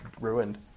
ruined